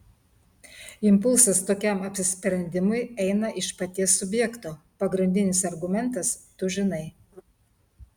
impulsas tokiam apsisprendimui eina iš paties subjekto pagrindinis argumentas tu žinai